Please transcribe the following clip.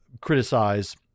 criticize